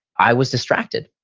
i was distracted.